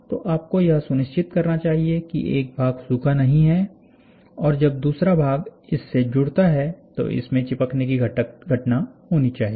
तो आपको यह सुनिश्चित करना चाहिए कि एक भाग सूखा नहीं है और जब दूसरा भाग इस से जुड़ता है तो इसमें चिपकने की घटना होनी चाहिए